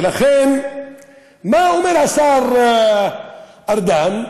מה אומר השר ארדן: